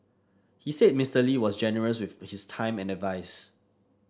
he said Mister Lee was generous with his time and advise